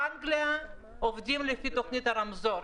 באנגליה עובדים לפי תוכנית הרמזור.